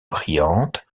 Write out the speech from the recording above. brillantes